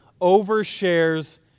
overshares